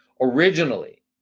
originally